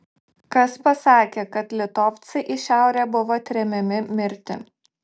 kas pasakė kad litovcai į šiaurę buvo tremiami mirti